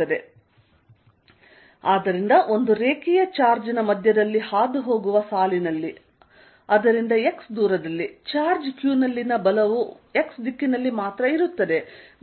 Fy qλ4π0 L2L2ydyx2y2320 ಆದ್ದರಿಂದ ಒಂದು ರೇಖೀಯ ಚಾರ್ಜ್ನ ಮಧ್ಯದಲ್ಲಿ ಹಾದುಹೋಗುವ ಸಾಲಿನಲ್ಲಿ ಅದರಿಂದ x ದೂರದಲ್ಲಿ ಚಾರ್ಜ್ q ನಲ್ಲಿನ ಬಲವು x ದಿಕ್ಕಿನಲ್ಲಿ ಮಾತ್ರ ಇರುತ್ತದೆ